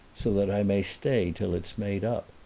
so that i may stay till it's made up.